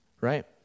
right